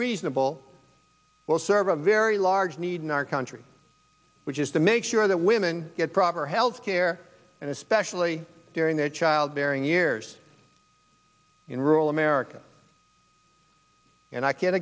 reasonable will serve a very large need in our country which is to make sure that women get proper health care and especially during their childbearing years in rural america and i can